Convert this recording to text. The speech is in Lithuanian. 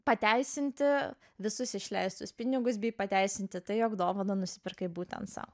pateisinti visus išleistus pinigus bei pateisinti tai jog dovaną nusipirkai būtent sau